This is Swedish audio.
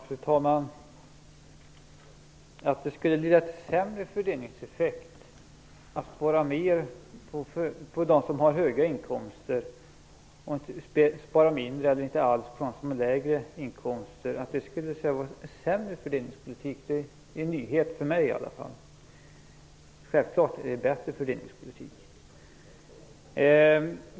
Fru talman! Att det skulle ge en sämre fördelningseffekt att man sparar mer på dem som har högre inkomster och sparar mindre eller inte alls på dem som har lägre inkomster är en nyhet för mig. Självklart är det bättre fördelningspolitik.